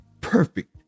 perfect